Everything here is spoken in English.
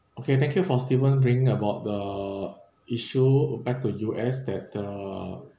okay thank you for stephen bring about the issue back to U_S that uh